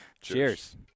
Cheers